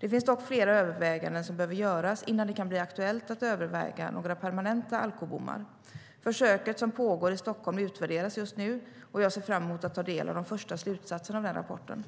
Det finns dock flera överväganden som behöver göras innan det kan bli aktuellt att överväga några permanenta alkobommar. Försöket som pågår i Stockholm utvärderas just nu, och jag ser fram emot att ta del av de första slutsatserna av den rapporten.